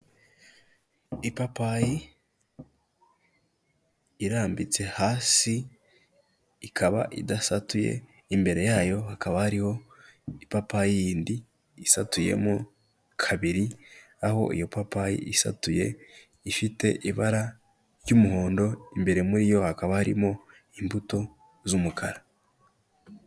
Ipapayi irambitse hasi ikaba idasatuye, imbere yayo hakaba hariho ipapa yindi isatuyemo kabiri aho iyo papayi isatuye ifite ibara ry'umuhondo, imbere muri yo hakaba harimo imbuto z'umukara.